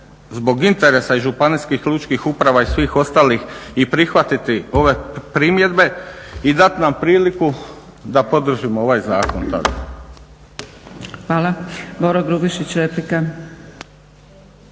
zbog interesa i županijskih i lučkih uprava i svih ostalih i prihvatiti ove primjedbe i dat nam priliku da podržimo ovaj zakon